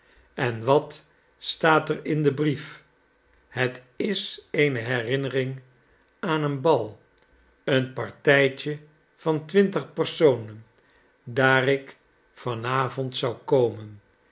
en wat staat er in dien brief het is eene herinnering aan een bal een partijtje van twintig personen daar ik van avond zou komen